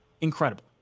incredible